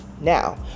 Now